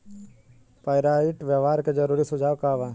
Pyrite व्यवहार के जरूरी सुझाव का वा?